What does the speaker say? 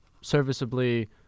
serviceably